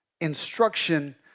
instruction